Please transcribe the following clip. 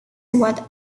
what